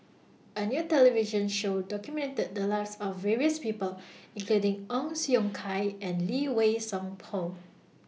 A New television Show documented The Lives of various People including Ong Siong Kai and Lee Wei Song Paul